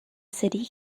city